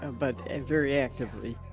and but and, very actively.